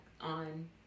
on